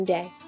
Day